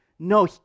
No